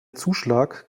zuschlag